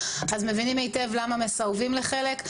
אז מבינים היטב למה מסרבים לחלק.